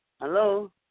Hello